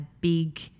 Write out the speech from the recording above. big